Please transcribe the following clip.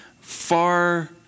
far